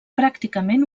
pràcticament